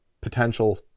potential